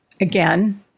again